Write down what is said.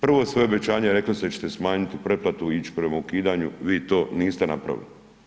Prvo svoje obećanje, rekli sta da ćete smanjiti pretplatu i ići prema ukidanju, vi to niste napravili.